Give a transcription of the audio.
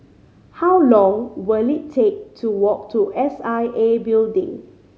how long will it take to walk to S I A Building